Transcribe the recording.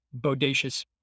bodacious